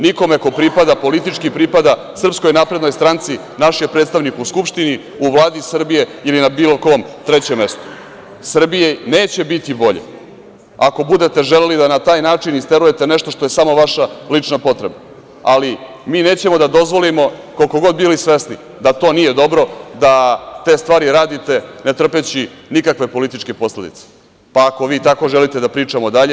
Nikome ko politički pripada SNS, naš je predstavnik u Skupštini, u Vladi Srbije ili na bilo kom trećem mestu, u Srbiji neće biti bolje ako budete želeli da na taj način isterujete nešto što je samo vaša lična potreba, ali mi nećemo da dozvolimo, koliko god bili svesni da to nije dobro da te stvari radite ne trpeći nikakve političke posledice, pa ako vi tako želite da pričamo dalje, vi izvolite.